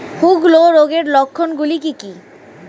হূলো রোগের লক্ষণ গুলো কি কি?